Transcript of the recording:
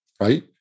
right